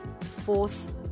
force